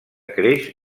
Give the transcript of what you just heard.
creix